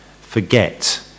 forget